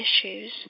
issues